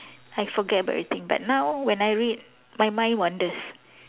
I forget about everything but now when I read my mind wanders